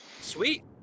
sweet